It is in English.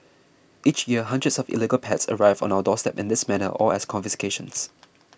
each year hundreds of illegal pets arrive on our doorstep in this manner or as confiscations